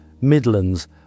Midlands